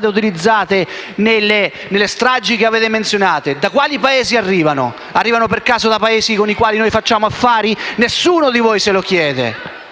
utilizzate nelle stragi che avete menzionato, da quali Paesi arrivano? Arrivano per caso da Paesi con i quali noi facciamo affari? Nessuno di voi se lo chiede.